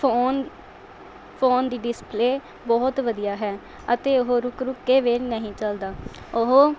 phone phone ਦੀ display ਬਹੁਤ ਵਧੀਆ ਹੈ ਅਤੇ ਉਹ ਰੁਕ ਰੁਕ ਕੇ ਵੀ ਨਹੀਂ ਚਲਦਾ ਉਹ